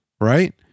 Right